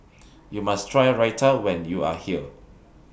YOU must Try Raita when YOU Are here